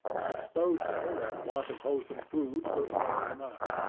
exposure and want of wholesome food were wearing him out.